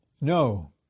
No